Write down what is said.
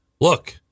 look